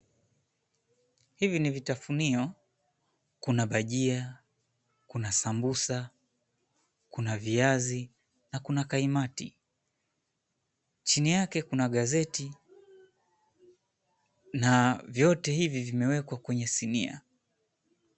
Hivi ni vitafunio; kuna bhajia, kuna sambusa, kuna viazi na kuna kaimati. Chini yake kuna gazeti na vyote hivi vimewekwa kwa sinia.